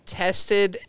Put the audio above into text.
tested